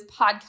podcast